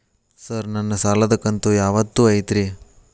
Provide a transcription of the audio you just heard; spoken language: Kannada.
ಸರ್ ನನ್ನ ಸಾಲದ ಕಂತು ಯಾವತ್ತೂ ಐತ್ರಿ?